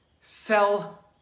sell